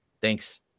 Thanks